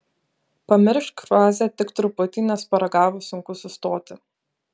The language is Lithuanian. pamiršk frazę tik truputį nes paragavus sunku sustoti